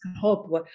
hope